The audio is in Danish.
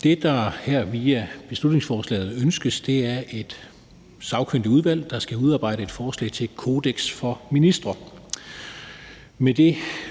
der her via beslutningsforslaget ønskes, er et sagkyndigt udvalg, der skal udarbejde et forslag til et kodeks for ministre